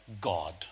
God